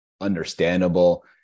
understandable